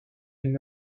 elles